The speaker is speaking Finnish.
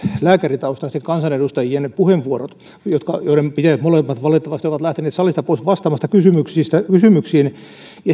lääkäritaustaisten kansanedustajien puheenvuorot he molemmat valitettavasti ovat lähteneet salista pois vastaamasta kysymyksiin